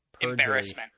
embarrassment